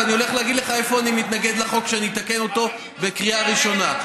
ואני הולך להגיד לך איפה אני מתנגד לחוק ואני אתקן בקריאה ראשונה.